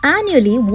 Annually